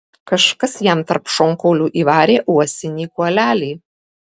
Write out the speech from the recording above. kažkas jam tarp šonkaulių įvarė uosinį kuolelį